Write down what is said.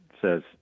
says